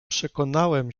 przekonałem